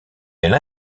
elle